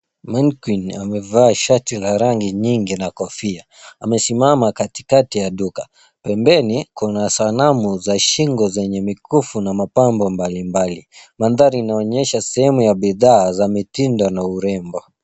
Mannequin amevaa shati la rangi nyingi na kofia. Amesimama katikati ya duka. Pembeni, kuna sanamu za shingo zenye mikufu na mapambo mbalimbali. Mandhari inaonyesha sehemu ya bidhaa za mitindo na urembo.